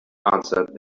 answered